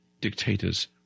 dictators